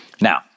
Now